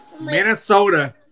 Minnesota